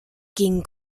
ging